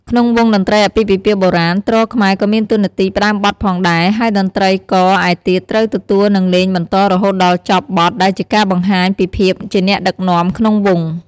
ក្នុងវង់តន្ត្រីអាពាហ៍ពិពាហ៍បុរាណ ទ្រខ្មែរក៏មានតួនាទីផ្តើមបទផងដែរ ហើយតន្ត្រីករឯទៀតត្រូវទទួលនិងលេងបន្តរហូតដល់ចប់បទដែលជាការបង្ហាញពីភាពជាអ្នកដឹកនាំក្នុងវង់។